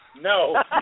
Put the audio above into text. No